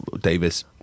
Davis